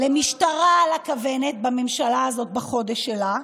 למשטרה על הכוונת בממשלה הזאת, בחודש שלה,